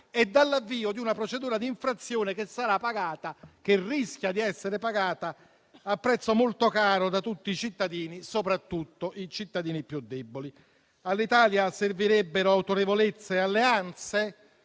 e dall'avvio di una procedura di infrazione che rischia di essere pagata a prezzo molto caro da tutti i cittadini, soprattutto da quelli più deboli. All'Italia servirebbero autorevolezza e alleanze